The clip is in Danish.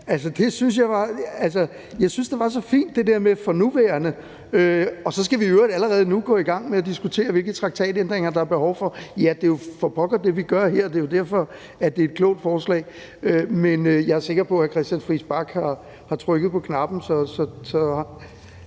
jeg synes, det med »for nuværende« var så fint, og at så skal vi allerede nu gå i gang med at diskutere, hvilke traktatændringer der er behov for. Ja, det er jo for pokker det, vi gør her. Det er jo derfor, det er et klogt forslag. Men jeg er sikker på, at hr. Christian Friis Bach har trykket på knappen,